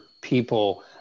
people